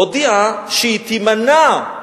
הודיעה שהיא תימנע,